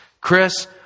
Chris